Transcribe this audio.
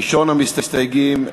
ראשון המסתייגים,